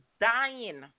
dying